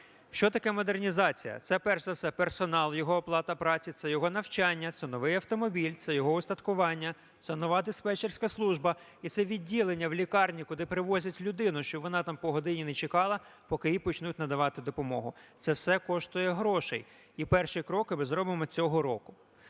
Що таке модернізація? Це, перш за все, персонал, його оплата праці, це його навчання, це новий автомобіль, це його устаткування, це нова диспетчерська служба і це відділення в лікарні, куди привозять людину, щоб вона там по годині не чекала, поки їй почнуть надавати допомогу, це все коштує грошей. І перші кроки ми зробимо цього року.